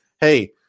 hey